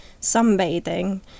sunbathing